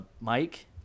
Mike